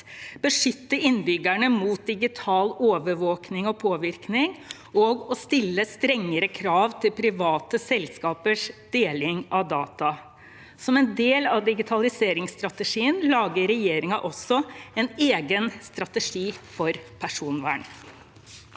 beskytte innbyggerne mot digital overvåkning og påvirkning og stille strengere krav til private selskapers deling av data. Som en del av digitaliseringsstrategien lager regjeringen også en egen strategi for personvern.